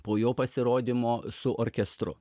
po jo pasirodymo su orkestru